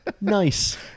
Nice